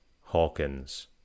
Hawkins